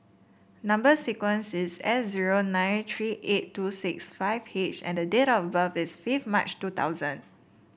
number sequence is S zero nine tree eight two six five H and date of birth is fifth March two thousand